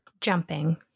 Jumping